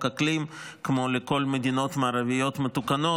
אקלים כמו לכל המדינות המערביות המתוקנות,